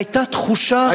היתה תחושה,